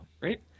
Right